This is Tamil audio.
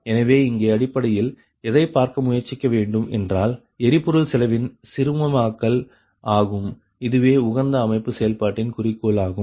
எனவே இங்கே அடிப்படையில் எதை பார்க்க முயற்சிக்க வேண்டும் என்றால் எரிபொருள் செலவின் சிறுமமாக்கல் ஆகும் இதுவே உகந்த அமைப்பு செயல்பாட்டின் குறிக்கோள் ஆகும்